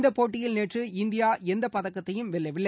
இந்தப்போட்டியில் நேற்று இந்தியா எந்தப் பதக்கத்தையும் வெல்லவில்லை